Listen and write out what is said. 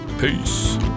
Peace